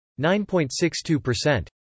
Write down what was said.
9.62%